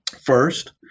First